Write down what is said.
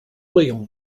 william